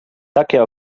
takie